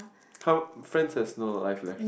how friend is know as a life lesson